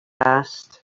asked